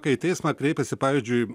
kai į teismą kreipiasi pavyzdžiui